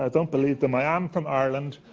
ah don't believe them, i am from ireland.